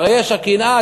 הרי הקנאה,